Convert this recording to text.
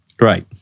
Right